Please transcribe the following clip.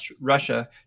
Russia